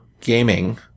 gaming